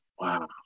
Wow